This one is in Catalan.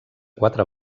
quatre